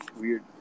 weird